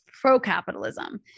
pro-capitalism